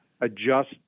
adjust